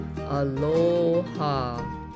Aloha